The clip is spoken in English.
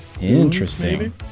interesting